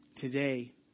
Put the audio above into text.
Today